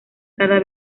cada